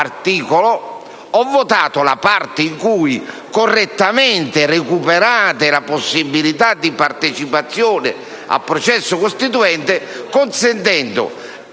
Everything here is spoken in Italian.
ho votato la parte in cui correttamente si recupera la possibilità di partecipazione al processo costituente consentendo